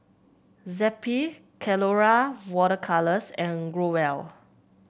Zappy Colora Water Colours and Growell